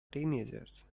teenagers